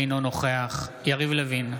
אינו נוכח יריב לוין,